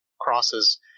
crosses